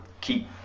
keep